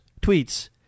tweets